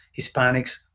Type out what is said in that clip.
hispanics